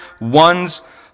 one's